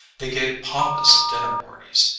they gave pompous dinner parties,